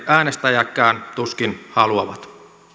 äänestäjätkään tuskin haluavat